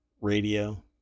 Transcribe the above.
radio